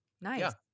Nice